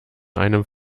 einem